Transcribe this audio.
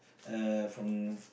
uh from